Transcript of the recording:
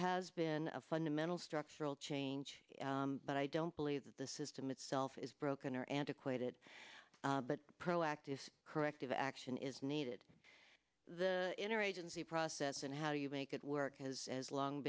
has been a fundamental structural change but i don't believe that the system itself is broken or antiquated but proactive corrective action is needed the inner agency process and how you make it work has as long